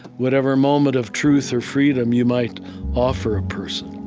whatever moment of truth or freedom you might offer a person